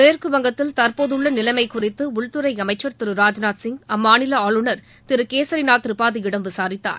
மேற்குவங்கத்தில் தற்போதுள்ள நிலைமை குறித்து உள்துறை அமைச்சர் திரு ராஜ்நாத்சிங் அம்மாநில ஆளுநர் திரு கேசரிநாத் திரிபாதியிடம் விசாரித்தார்